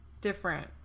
different